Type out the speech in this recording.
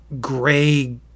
gray